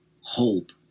hope